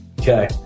Okay